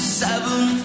seven